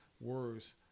words